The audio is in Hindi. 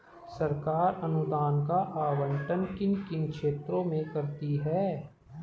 सरकार अनुदान का आवंटन किन किन क्षेत्रों में करती है?